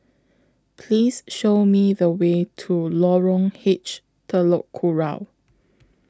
Please Show Me The Way to Lorong H Telok Kurau